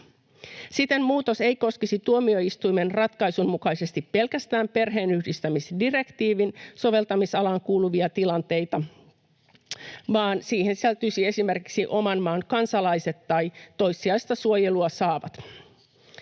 Siten muutos ei koskisi tuomioistuimen ratkaisun mukaisesti pelkästään perheenyhdistämisdirektiivin soveltamisalaan kuuluvia tilanteita, vaan siihen sisältyisivät esimerkiksi oman maan kansalaiset tai toissijaista suojelua saavat.